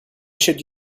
should